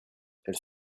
elles